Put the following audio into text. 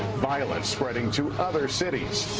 violence spreading to other cities.